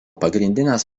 pagrindinės